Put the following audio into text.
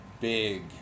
big